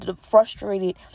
frustrated